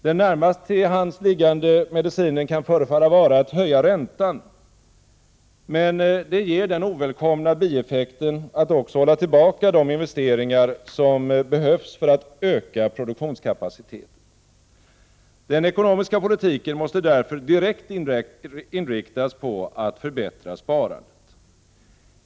Den närmast till hands liggande medicinen kan förefalla vara att höja räntan, men det ger den ovälkomna bieffekten att också hålla tillbaka de investeringar som behövs för att öka produktionskapaciteten. Den ekonomiska politiken måste därför direkt inriktas på att förbättra sparandet.